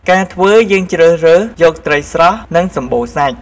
ការធ្វើយើងជ្រើសរើសយកត្រីស្រស់និងសម្បូរសាច់។